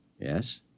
Yes